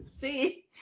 see